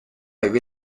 really